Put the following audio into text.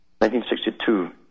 1962